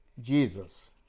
Jesus